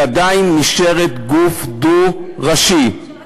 היא עדיין נשארת גוף דו-ראשי שמצד